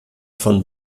von